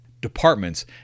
Departments